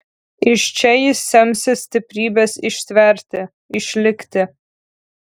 iš čia jis semsis stiprybės ištverti išlikti